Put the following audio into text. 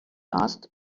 asked